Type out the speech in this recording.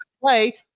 play